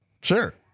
Sure